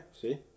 see